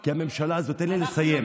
כי הממשלה הזאת, תן לי לסיים.